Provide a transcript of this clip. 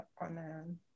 on